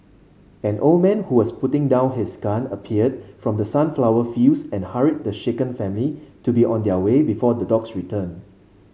an old man who was putting down his gun appeared from the sunflower fields and hurried the shaken family to be on their way before the dogs return